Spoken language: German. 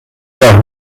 doch